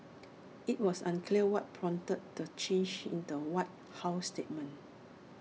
IT was unclear what prompted the change in the white house statement